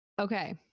Okay